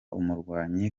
umurwayi